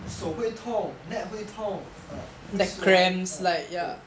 手会痛 neck 会痛 uh 会酸 uh 对